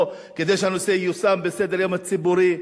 כדי שהנושא יושם בסדר-היום הציבורי.